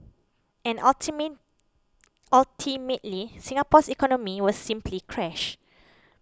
and ultimately Singapore's economy was simply crash